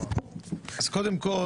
אז קודם כל,